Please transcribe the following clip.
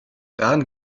daran